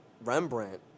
Rembrandt